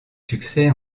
succès